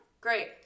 Great